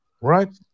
Right